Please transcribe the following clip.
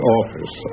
office